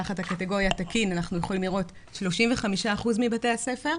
תחת הקטגוריה "תקין" אנחנו יכולים לראות 35% מבתי הספר,